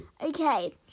Okay